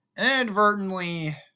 Inadvertently